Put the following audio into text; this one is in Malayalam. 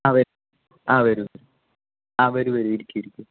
ആ വരൂ ആ വരൂ ആ വരു വരു ഇരിക്കൂ ഇരിക്കൂ